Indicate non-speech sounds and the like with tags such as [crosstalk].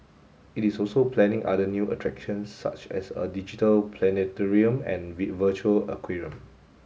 it is also planning other new attractions such as a digital planetarium and [unintelligible] virtual aquarium